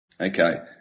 Okay